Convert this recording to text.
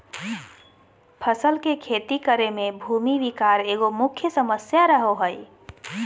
फसल के खेती करे में भूमि विकार एगो मुख्य समस्या रहो हइ